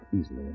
easily